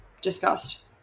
discussed